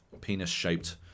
penis-shaped